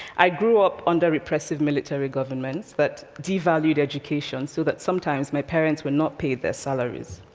i grew up under repressive military governments that devalued education, so that sometimes, my parents were not paid their salaries.